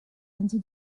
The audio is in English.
into